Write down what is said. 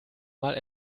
mal